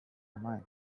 mile